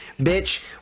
Bitch